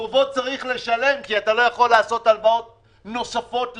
חובות צריך לשלם כי אי אפשר לקחת הלוואות נוספות לפיתוח,